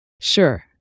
Sure